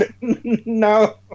No